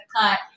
cut